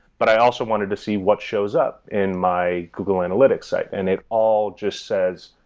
but i also wanted to see what shows up in my google analytics site, and it all just says,